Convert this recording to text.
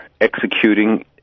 executing